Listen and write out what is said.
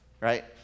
right